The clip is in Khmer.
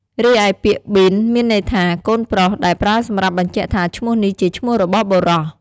រីឯពាក្យប៊ីន មានន័យថា កូនប្រុស ដែលប្រើសម្រាប់បញ្ជាក់ថាឈ្មោះនេះជាឈ្មោះរបស់បុរស។